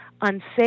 unsafe